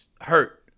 hurt